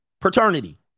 paternity